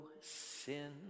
sin